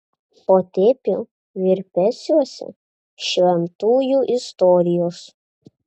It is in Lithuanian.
potėpių virpesiuose šventųjų istorijos